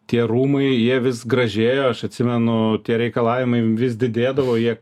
tie rūmai jie vis gražėja aš atsimenu tie reikalavimai vis didėdavo jie